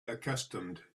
accustomed